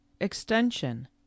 extension